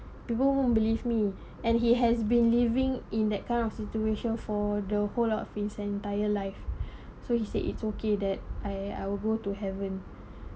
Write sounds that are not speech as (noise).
people won't believe me and he has been living in that kind of situation for the whole of his entire life (breath) so he say it's okay that I I will go to heaven